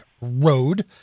Road